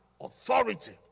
authority